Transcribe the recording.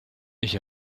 ich